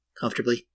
comfortably